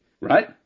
Right